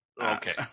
Okay